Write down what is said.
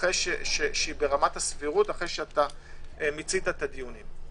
ברמת הסבירות אחרי שמיצית את הדיונים.